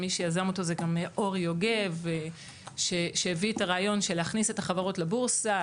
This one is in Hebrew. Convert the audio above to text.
מי שיזם את המהלך הוא אורי יוגב שיזם את רעיון הכנסת החברות לבורסה.